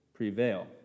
prevail